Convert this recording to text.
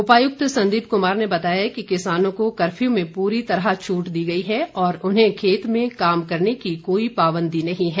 उपायुक्त संदीप कुमार ने बताया कि किसानों को कर्फ्यू में पूरी तरह छूट दी गई है और उन्हें खेत में काम करने की कोई पाबंदी नही है